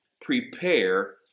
prepare